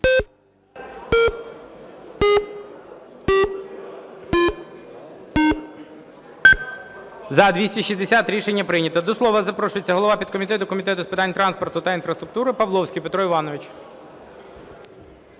За-260 Рішення прийнято. До слова запрошується голова підкомітету Комітету з питань транспорту та інфраструктури Павловський Петро Іванович.